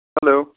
hello